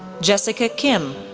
jessica kim,